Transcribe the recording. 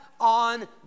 on